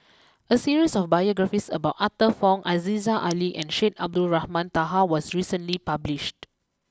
a series of biographies about Arthur Fong Aziza Ali and Syed Abdulrahman Taha was recently published